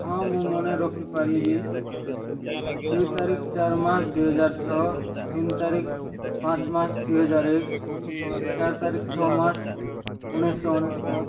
ହଁ ମୁଁ ମନେ ରଖିପାରିବି ଦୁଇ ତାରିଖ ଚାରି ମାସ ଦୁଇ ହଜାର ଛଅ ତିନି ତାରିଖ ପାଞ୍ଚ ମାସ ଦୁଇ ହଜାର ଏକ ଚାରି ତାରିଖ ଛଅ ମାସ ଉଣେଇଶ ଅନେଶ୍ଵତ